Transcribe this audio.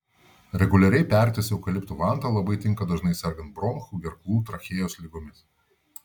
reguliariai pertis eukaliptų vanta labai tinka dažnai sergant bronchų gerklų trachėjos ligomis